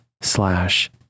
slash